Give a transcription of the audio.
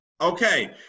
okay